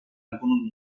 algunos